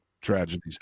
tragedies